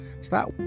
Stop